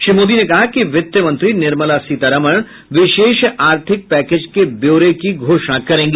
श्री मोदी ने कहा कि वित्त मंत्री निर्मला सीतारामन विशेष आर्थिक पैकेज के ब्यौरे की घोषणा करेंगी